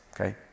okay